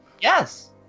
Yes